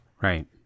Right